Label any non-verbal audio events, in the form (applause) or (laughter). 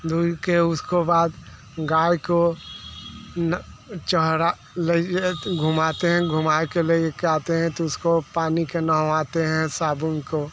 दूध के उसके बाद गाय को (unintelligible) ले के घुमाते हैं घूमा के ले के आते हैं तो उसको पानी को नहलाते हैं साबुन से